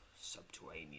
subterranean